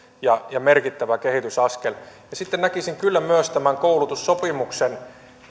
ja ja merkittävä kehitysaskel ja sitten näkisin kyllä myös tämän koulutussopimuksen